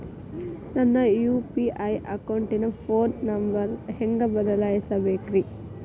ನನ್ನ ಯು.ಪಿ.ಐ ಅಕೌಂಟಿನ phone number ಹೆಂಗ್ ಬದಲಾಯಿಸ ಬೇಕ್ರಿ?